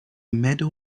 medal